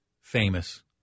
famous